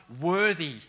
worthy